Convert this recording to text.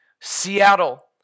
Seattle